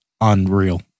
unreal